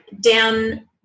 down